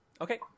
Okay